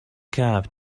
cab